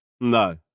No